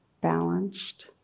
balanced